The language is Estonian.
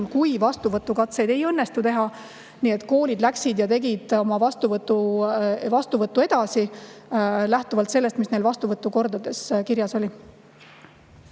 kui vastuvõtukatseid ei õnnestu teha. Nii et koolid tegid oma vastuvõttu edasi lähtuvalt sellest, mis neil vastuvõtukorras kirjas oli.